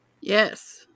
Yes